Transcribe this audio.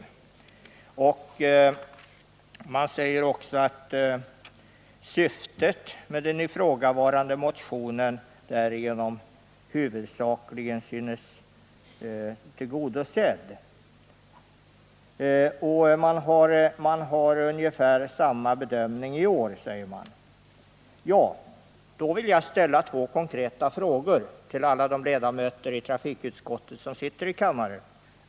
Man sade också att syftet med den ifrågavarande motionen därigenom huvudsakligen syntes vara tillgodosett. Och man gör ungefär samma bedömning i år, säger man. Då vill jag ställa två konkreta frågor till alla de ledamöter av trafikutskottet som sitter i kammaren.